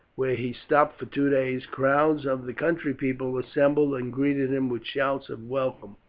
where he stopped for two days, crowds of the country people assembled and greeted him with shouts of welcome.